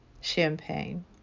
champagne